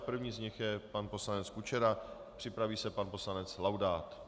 První z nich je pan poslanec Kučera, připraví se pan poslanec Laudát.